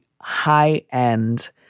high-end